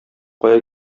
кая